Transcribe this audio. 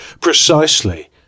precisely